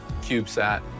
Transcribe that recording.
CubeSat